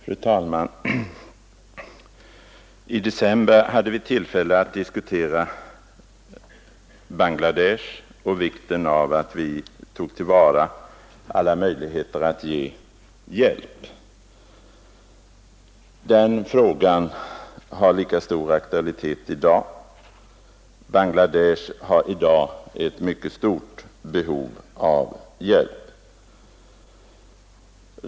Fru talman! I december hade vi tillfälle att diskutera Bangladesh och vikten av att vi tog till vara alla möjligheter att ge hjälp till de av konflikten drabbade. Den frågan har lika stor aktualitet i dag. Bangladesh har i dag ett mycket stort behov av hjälp.